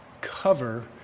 cover